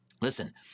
Listen